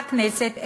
והכנסת,